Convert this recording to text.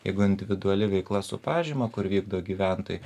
jeigu individuali veikla su pažyma kur vykdo gyventojai